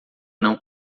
não